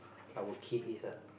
our kid is a